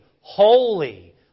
Holy